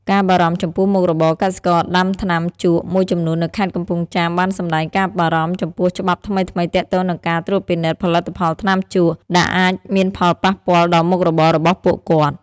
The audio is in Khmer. ការបារម្ភចំពោះមុខរបរ កសិករដាំថ្នាំជក់មួយចំនួននៅខេត្តកំពង់ចាមបានសម្តែងការបារម្ភចំពោះច្បាប់ថ្មីៗទាក់ទងនឹងការត្រួតពិនិត្យផលិតផលថ្នាំជក់ ដែលអាចមានផលប៉ះពាល់ដល់មុខរបររបស់ពួកគាត់។